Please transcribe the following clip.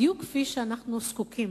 בדיוק כפי שאנחנו זקוקים.